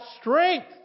strength